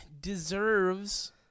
deserves